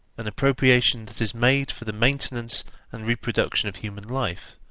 an appropriation that is made for the maintenance and reproduction of human life,